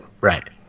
Right